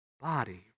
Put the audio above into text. body